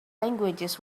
languages